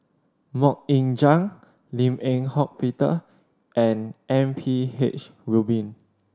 Mok Ying Jang Lim Eng Hock Peter and M P H Rubin